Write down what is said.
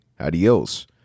adios